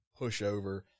pushover